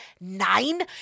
Nine